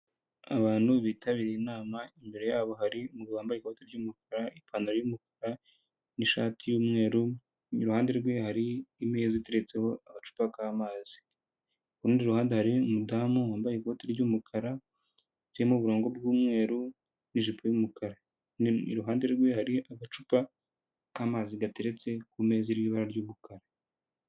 Abantu bitabiriye inama imbere yabo hari umugabo wambaye ikoti ry'umukara, ipantaro y'umukara n'ishati y'umweru, iruhande rwe hari imeza iteretseho agacupa k'amazi, ku rundi ruhande hari umudamu wambaye ikoti ry'umukara ririmo uburongo bw'umweru n'ijipo y'umukara, iruhande rwe hari agacupa k'amazi gateretse ku meza iri mu ibara ry'umukara.